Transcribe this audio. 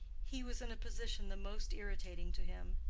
he was in a position the most irritating to him.